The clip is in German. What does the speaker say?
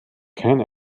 kein